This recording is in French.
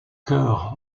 chœur